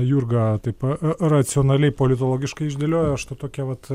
jurga taip racionaliai politologiškai išdėliojo aš tai tokią vat